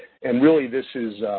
and really, this is